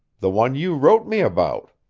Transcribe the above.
the one you wrote me about.